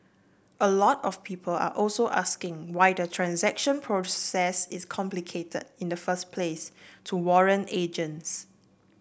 a lot of people are also asking why the transaction process is complicated in the first place to warrant agents